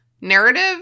narrative